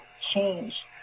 change